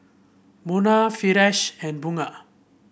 Munah Firash and Bunga